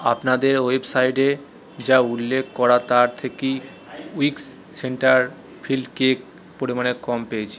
আপনাদের ওয়েবসাইটে যা উল্লেখ করা তার থেকে উইক্স সেন্টার ফিল্ড কেক পরিমাণে কম পেয়েছি